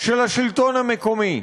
של השלטון המקומי.